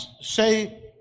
say